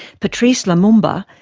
patrice lumumba,